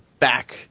back